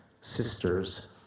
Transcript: sisters